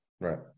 Right